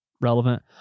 relevant